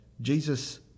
Jesus